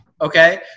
okay